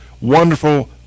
wonderful